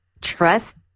Trust